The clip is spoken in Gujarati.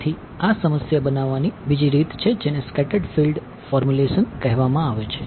તેથી આ સમસ્યા બનાવવાની બીજી રીત છે જેને સ્કેટર્ડ કહેવામાં આવે છે